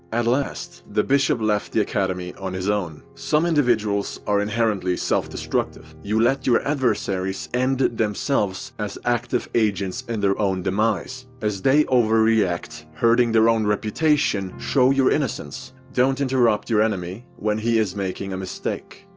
at last the bishop left the academy on his own. some individuals are inherently self-destructive. you let your adversaries end themselves as active agents in their own demise. as they overreact, hurting their own reputation, show your innocence. don't interrupt your enemy when he is making a mistake.